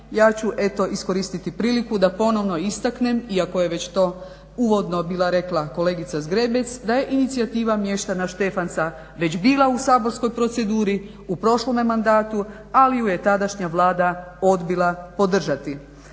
ja ću eto iskoristiti priliku da ponovno istaknem iako je već to uvodno bila rekla kolegica Zgrebec, da je inicijativa mještana Štefanca već bila u saborskom proceduri u prošlome mandatu, ali ju je tadašnja Vlada odbila podržati.